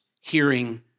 hearing